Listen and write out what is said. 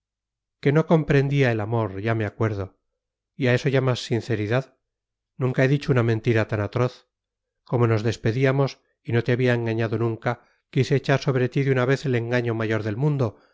que que no comprendía el amor ya me acuerdo y a eso llamas sinceridad nunca he dicho una mentira tan atroz como nos despedíamos y no te había engañado nunca quise echar sobre ti de una vez el engaño mayor del mundo